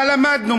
מה למדנו?